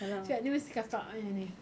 cakap ni mesti kakak punya ni